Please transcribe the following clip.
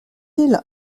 ils